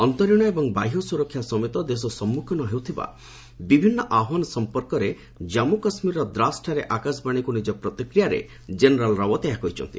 ଅନ୍ତରୀଣ ଏବଂ ବାହ୍ୟ ସୁରକ୍ଷା ସମେତ ଦେଶ ସମ୍ମୁଖୀନ ହେଉଥିବା ବିଭିନ୍ନ ଆହ୍ଚାନ ସମ୍ପର୍କରେ ଜାମ୍ମୁ କାଶ୍ମୀରର ଦ୍ରାସଠାରେ ଆକାଶବାଣୀକୁ ନିଜର ପ୍ରତିକ୍ରିୟାରେ ଜେନେରାଲ୍ ରାଓ୍ୱତ୍ ଏହା କହିଛନ୍ତି